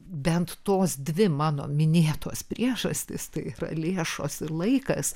bent tos dvi mano minėtos priežastys yra lėšos ir laikas